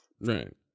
right